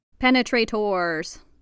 Penetrators